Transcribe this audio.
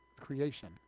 creation